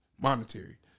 monetary